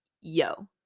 yo